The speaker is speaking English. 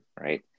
right